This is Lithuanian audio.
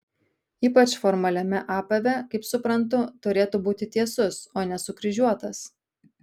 ypač formaliame apave kaip suprantu turėtų būti tiesus o ne sukryžiuotas